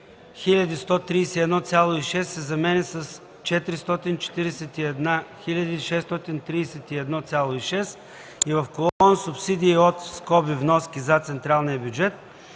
131,6” се заменя с „441 631,6” и в колона „субсидии от (вноски за) централния бюджет,